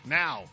now